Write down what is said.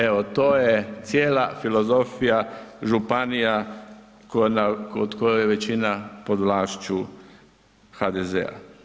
Evo to je cijela filozofija županija kod koje je većina pod vlašću HDZ-a.